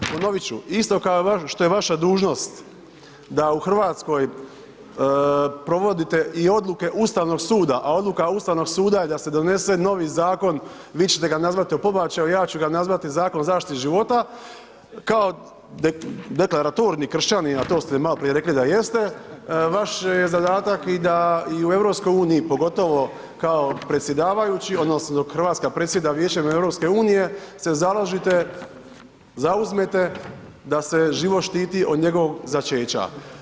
Ponovit ću, isto što je vaša dužnost da u Hrvatskoj provodite i odluke Ustavnog suda, a odluka Ustavnog suda je da se donese novi Zakon, vi ćete ga nazvati o pobačaju, ja ću ga nazvati zakon o zaštiti života kao deklaratorni kršćanin, a to ste maloprije rekli da jeste, vaš je zadatak da i u EU pogotovo kao predsjedavajući odnosno dok Hrvatska predsjeda Vijećem EU se založite, zauzmete da se život štiti od njegovog začeća.